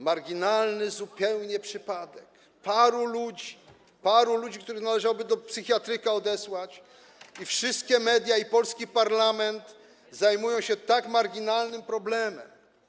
Marginalny zupełnie przypadek: paru ludzi, których należałoby do psychiatryka odesłać, i wszystkie media i polski parlament zajmują się tak marginalnym problemem.